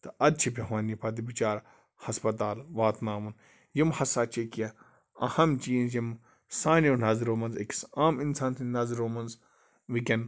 تہٕ اَدٕ چھِ پٮ۪وان یہِ پَتہٕ بِچارٕ ہَسپَتال واتناوُن یِم ہَسا چھِ کیٚنٛہہ اَہم چینٛج یِم سانیو نَظرو منٛز أکِس عام اِنسان سٕنٛز نَظرو منٛز وٕنۍکٮ۪ن